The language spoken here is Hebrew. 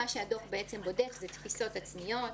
הדוח בודק תפיסות עצמיות,